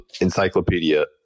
Encyclopedia